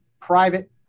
private